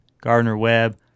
Gardner-Webb